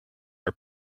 are